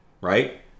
right